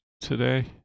today